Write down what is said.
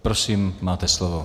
Prosím, máte slovo.